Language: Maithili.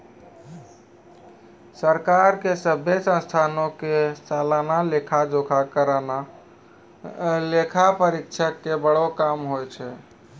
सरकार के सभ्भे संस्थानो के सलाना लेखा जोखा करनाय लेखा परीक्षक के बड़ो काम होय छै